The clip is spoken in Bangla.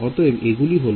অতএব এগুলি হল